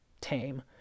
tame